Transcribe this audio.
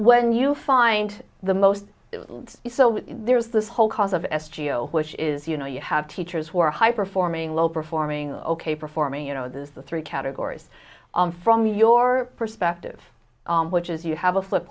when you find the most so there's this whole cause of s geo which is you know you have teachers who are high performing low performing ok performing you know this three categories from your perspective which is you have a flip